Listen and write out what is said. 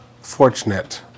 fortunate